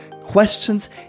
questions